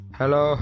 Hello